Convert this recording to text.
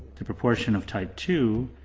to proportion of type two,